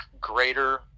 greater